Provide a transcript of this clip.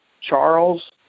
Charles